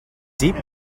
deep